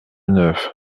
neuf